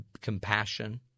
compassion